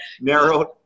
Narrowed